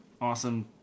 awesome